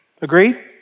Agree